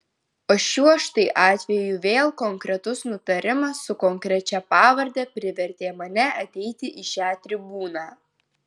o šiuo štai atveju vėl konkretus nutarimas su konkrečia pavarde privertė mane ateiti į šią tribūną